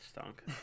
stunk